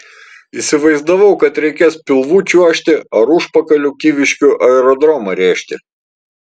įsivaizdavau kad reikės pilvu čiuožti ar užpakaliu kyviškių aerodromą rėžti